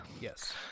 Yes